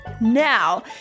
Now